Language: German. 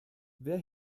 wer